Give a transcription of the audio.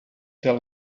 tell